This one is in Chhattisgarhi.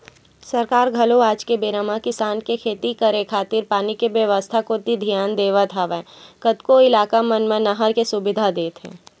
सरकार घलो आज के बेरा म किसान के खेती करे खातिर पानी के बेवस्था कोती धियान देवत होय कतको इलाका मन म नहर के सुबिधा देत हे